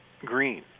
green